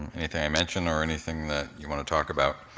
anything i mention or anything that you wanna talk about.